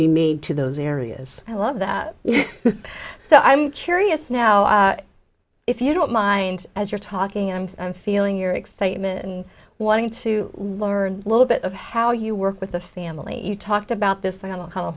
be made to those areas i love that i'm curious now if you don't mind as you're talking i'm feeling your excitement and wanting to learn a little bit of how you work with the family you talked about this i will c